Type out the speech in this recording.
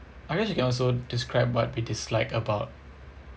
I guess you can also describe what we dislike about